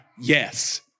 Yes